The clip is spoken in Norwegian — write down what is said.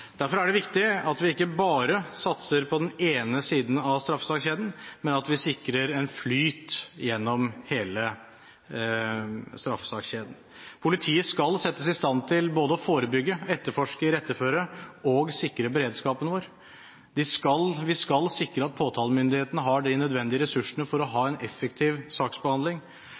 Derfor er det viktig at vi ikke bare satser på den ene siden av straffesakskjeden, men at vi sikrer en flyt gjennom hele denne kjeden. Politiet skal settes i stand til både å forebygge, etterforske, iretteføre og sikre beredskapen vår. Vi skal sikre at påtalemyndigheten har de nødvendige ressursene for å ha en effektiv saksbehandling,